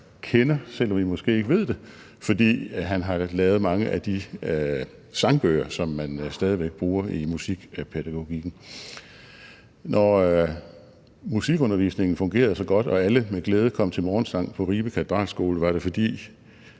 selv om I måske ikke ved det, fordi han har lavet mange af de sangbøger, som man stadig væk bruger i musikpædagogikken. Når musikundervisningen fungerede så godt og alle med glæde kom til morgensang på Ribe Katedralskole, var det, fordi